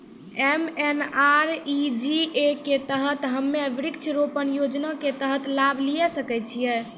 MNREGA के तहत हम्मय वृक्ष रोपण योजना के तहत लाभ लिये सकय छियै?